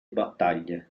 battaglie